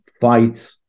fight